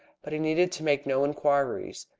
but he needed to make no inquiries,